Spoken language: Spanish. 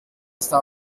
esta